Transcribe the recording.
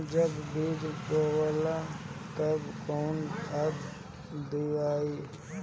जब बीज बोवाला तब कौन खाद दियाई?